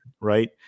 right